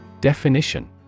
Definition